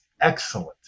excellent